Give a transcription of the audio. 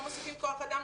לא מוסיפים כוח אדם,